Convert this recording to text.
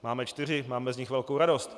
Máme čtyři, máme z nich velkou radost.